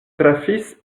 trafis